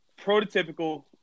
prototypical